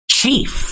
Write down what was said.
chief